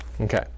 Okay